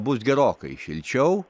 bus gerokai šilčiau